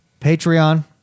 Patreon